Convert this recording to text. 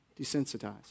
desensitized